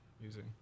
using